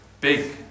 big